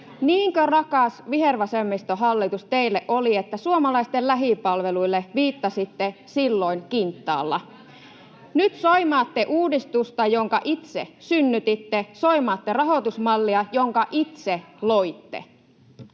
Niinkö rakas vihervasemmistohallitus teille oli, että suomalaisten lähipalveluille viittasitte silloin kintaalla? Nyt soimaatte uudistusta, jonka itse synnytitte, soimaatte rahoitusmallia, [Hanna-Leena